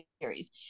series